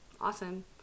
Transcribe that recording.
Awesome